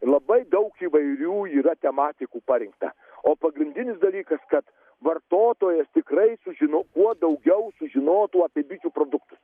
labai daug įvairių yra tematikų parinkta o pagrindinis dalykas kad vartotojas tikrai sužino kuo daugiau sužinotų apie bičių produktus